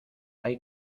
hay